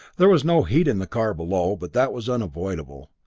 there was no heat in the car below, but that was unavoidable.